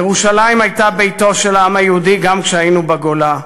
ירושלים הייתה ביתו של העם היהודי גם כשהיינו בגולה,